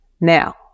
Now